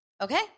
okay